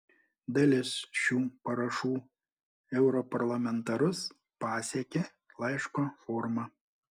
dalis šių parašų europarlamentarus pasiekė laiško forma